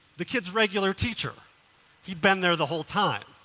the kids' regular teacher he had been there the whole time.